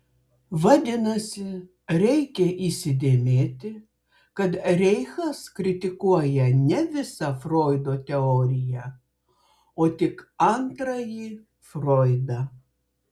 vadinasi reikia įsidėmėti kad reichas kritikuoja ne visą froido teoriją o tik antrąjį froidą